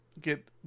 get